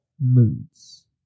moods